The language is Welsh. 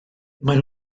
maen